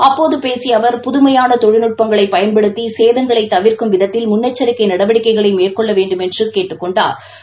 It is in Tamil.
அப்போது பேசிய அவர் புதுமையான தொழில்நட்பங்களை பயன்படுத்தி சேதங்களை தவிர்க்கும் விதத்தில் முன்னெச்சரிக்கை நடவடிக்கைகளை மேற்கொள்ள வேண்டுமென்று கேட்டுக் கொண்டாா்